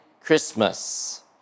Christmas